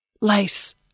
Lace